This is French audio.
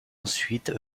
ensuite